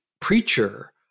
preacher